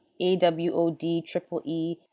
A-W-O-D-Triple-E